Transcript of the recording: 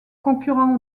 concurrents